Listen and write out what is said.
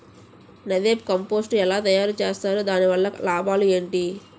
NADEP compost ఎలా తయారు చేస్తారు? దాని వల్ల లాభాలు ఏంటి?